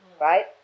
right